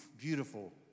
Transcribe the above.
beautiful